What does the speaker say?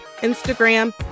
Instagram